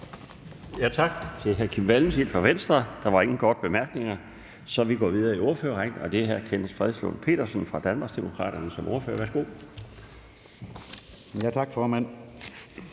Tak til hr. Kim Valentin. Der er ikke nogen korte bemærkninger, så vi går videre i ordførerrækken. Det er nu hr. Kenneth Fredslund Petersen fra Danmarksdemokraterne som ordfører. Værsgo. Kl.